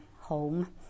home